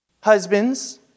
husbands